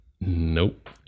Nope